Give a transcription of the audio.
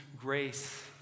grace